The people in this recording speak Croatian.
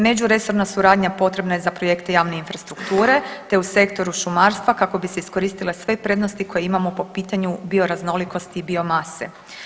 Međuresorna suradnja potrebna je za projekte javne infrastrukture te u sektoru šumarstva kako bi se iskoristile sve prednosti koje imamo po pitanju bioraznolikosti i biomase.